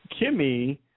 Kimmy